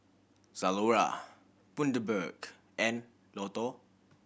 Zalora Bundaberg and Lotto